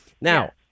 Now